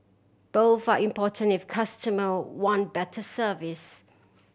both are important if customer want better service